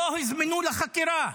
לא הוזמנו לחקירה.